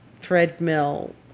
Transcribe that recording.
treadmill